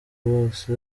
bose